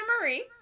Marie